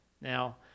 now